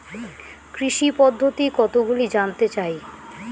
কৃষি পদ্ধতি কতগুলি জানতে চাই?